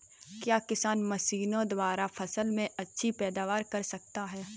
क्या किसान मशीनों द्वारा फसल में अच्छी पैदावार कर सकता है?